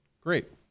Great